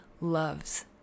loves